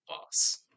boss